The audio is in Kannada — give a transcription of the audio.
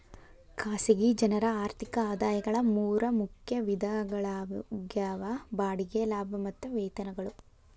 ಖಾಸಗಿ ಜನರ ಆರ್ಥಿಕ ಆದಾಯಗಳ ಮೂರ ಮುಖ್ಯ ವಿಧಗಳಾಗ್ಯಾವ ಬಾಡಿಗೆ ಲಾಭ ಮತ್ತ ವೇತನಗಳು